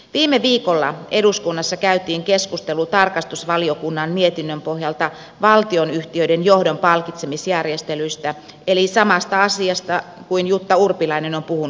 viime viikolla eduskunnassa käytiin keskustelu tarkastusvaliokunnan mietinnön pohjalta valtionyhtiöiden johdon palkitsemisjärjestelyistä eli samasta asiasta mistä jutta urpilainen on puhunut pitkään